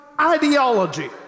ideology